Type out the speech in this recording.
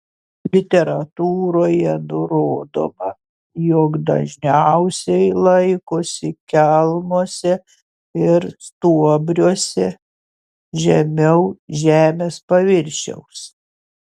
literatūroje nurodoma jog dažniausiai laikosi kelmuose ir stuobriuose žemiau žemės paviršiaus